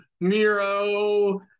Miro